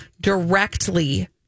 directly